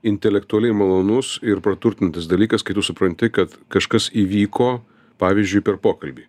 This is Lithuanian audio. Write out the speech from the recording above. intelektualiai malonus ir praturtinantis dalykas kai tu supranti kad kažkas įvyko pavyzdžiui per pokalbį